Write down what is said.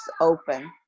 open